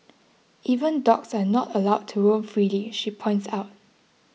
even dogs are not allowed to roam freely she points out